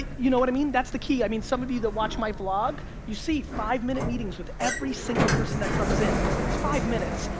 you know what i mean? that's the key. i mean some of you that watch my vlog, you see five minute meetings with every single person that comes in. it's five minutes,